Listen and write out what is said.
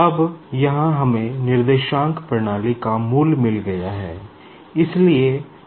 अब यहाँ हमें कोऑर्डिनेट सिस्टम का मूल मिल गया है